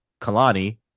kalani